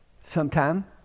Sometime